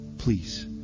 Please